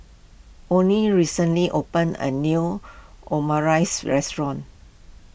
oney recently opened a new Omurice restaurant